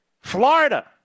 Florida